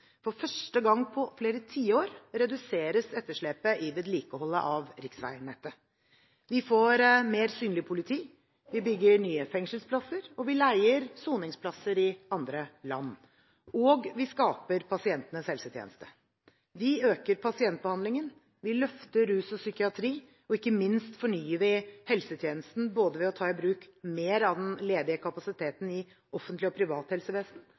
For første gang på flere tiår reduseres etterslepet i vedlikeholdet av riksveinettet. Vi får mer synlig politi, vi bygger nye fengselsplasser, og vi leier soningsplasser i andre land. Og vi skaper pasientenes helsetjeneste. Vi øker pasientbehandlingen, vi løfter rus og psykiatri, og ikke minst fornyer vi helsetjenesten både ved å ta i bruk mer av den ledige kapasiteten i offentlig og privat helsevesen